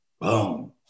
Boom